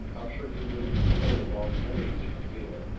i'm sure you wouldn't enjoy a long voyage a bit.